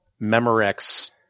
Memorex